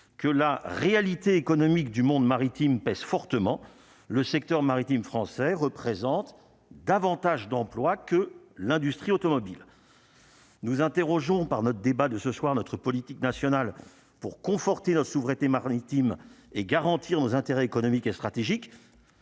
que la réalité économique du monde maritime pèse fortement le secteur maritime français représente davantage d'emplois que l'industrie automobile. Nous interrogeons par notre débat de ce soir, notre politique nationale pour conforter leur souveraineté maritime et garantir nos intérêts économiques et stratégiques,